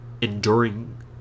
enduring